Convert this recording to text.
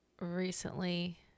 recently